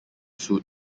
suit